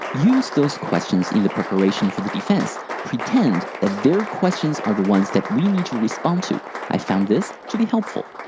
use those questions in the preparation for the defense. pretend that their questions are the ones we need to respond to. i found this to be helpful.